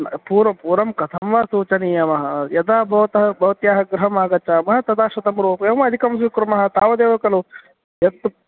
पूर्व पूर्वं कथं वा सूचयामः यदा भवतः भवत्याः गृहम् आगच्छामः तदा शतं रूप्यकं अधिकं स्वीकूर्मः तावदेव खलु यत्